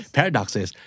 Paradoxes